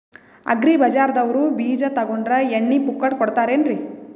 Agri ಬಜಾರದವ್ರು ಬೀಜ ತೊಗೊಂಡ್ರ ಎಣ್ಣಿ ಪುಕ್ಕಟ ಕೋಡತಾರೆನ್ರಿ?